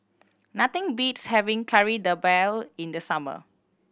nothing beats having Kari Debal in the summer